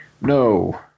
no